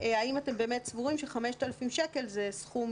האם אתם באמת סבורים ש-5,000 שקל זה סכום